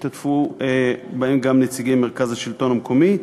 השתתפו בהם גם נציגי מרכז השלטון המקומי,